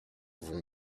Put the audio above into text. vont